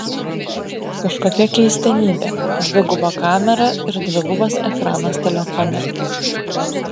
kažkokia keistenybė dviguba kamera ir dvigubas ekranas telefone